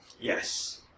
Yes